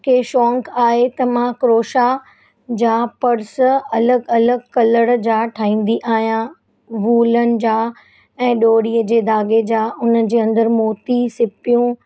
की शौक़ु आहे त मां क्रोशा जा पर्स अलॻि अलॻि कलर जा ठाहींदी आहियां वूलन जा ऐं डोरीअ जे धागे जा उन्हनि जे अंदरु मोती सिपियूं